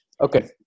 Okay